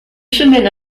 semaine